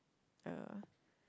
uh